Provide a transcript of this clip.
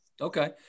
Okay